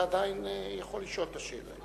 אתה עדיין יכול לשאול את השאלה.